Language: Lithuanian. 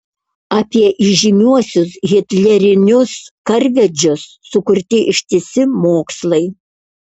apie įžymiuosius hitlerinius karvedžius sukurti ištisi mokslai